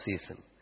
season